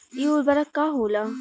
इ उर्वरक का होला?